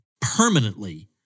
permanently